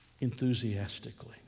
enthusiastically